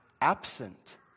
absent